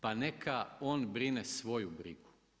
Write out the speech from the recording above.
Pa neka on brine svoju brigu.